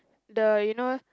the you know